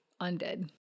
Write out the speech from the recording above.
undead